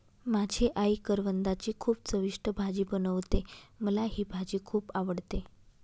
माझी आई करवंदाची खूप चविष्ट भाजी बनवते, मला ही भाजी खुप आवडते